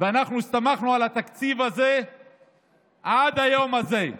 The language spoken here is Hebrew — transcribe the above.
ואנחנו הסתמכנו על התקציב הזה עד היום הזה.